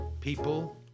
people